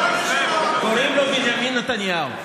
קוראים לו בנימין נתניהו.